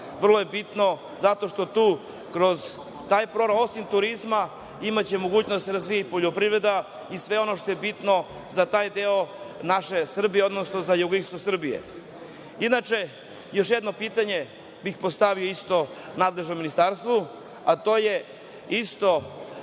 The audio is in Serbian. vrlo bitna zato što će tu, osim turizma, imati mogućnost da se razvija i poljoprivreda i sve ono što je bitno za taj deo naše Srbije, odnosno za jugoistok Srbije. **Milija Miletić** Inače, još jedno pitanje bih postavio isto nadležnom ministarstvu, a to je isto